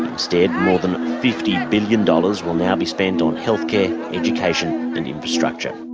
instead more than fifty billion dollars will now be spent on healthcare, education and infrastructure.